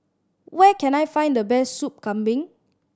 where can I find the best Soup Kambing